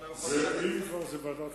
אם כבר לוועדה,